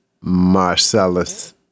Marcellus